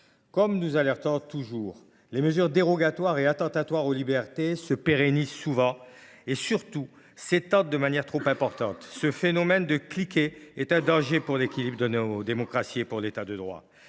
toujours alerté sur ce point : les mesures dérogatoires et attentatoires aux libertés se pérennisent souvent. Surtout, elles s’étendent de manière trop importante. Ce phénomène de cliquet est un danger pour l’équilibre de nos démocraties et pour l’État de droit.